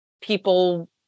people